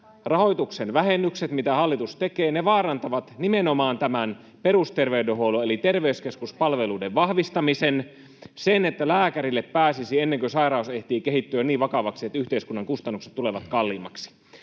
rahoituksen vähennykset, mitä hallitus tekee, vaarantavat nimenomaan tämän perusterveydenhuollon eli terveyskeskuspalveluiden vahvistamisen, sen, että lääkärille pääsisi ennen kuin sairaus ehtii kehittyä niin vakavaksi, että yhteiskunnan kustannukset tulevat kalliimmaksi.